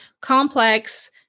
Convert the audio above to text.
complex